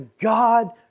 God